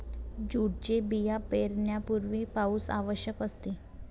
जूटचे बिया पेरण्यापूर्वी पाऊस आवश्यक असते